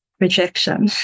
rejection